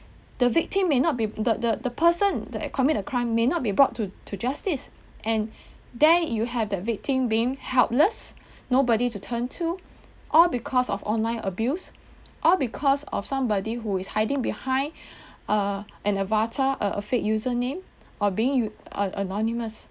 the victim may not be the the the person that commit a crime may not be brought to justice and then you have the victim being helpless nobody to turn to all because of online abuse all because of somebody who is hiding behind err an avatar a fake user name or being a~ anonymous